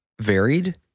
varied